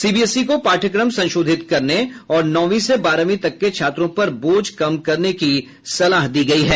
CBSE को पाठ्यक्रम संशोधित करने और नौवीं से बारहवीं तक के छात्रों पर बोझ कम करने की सलाह दी गई है